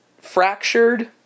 fractured